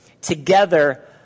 together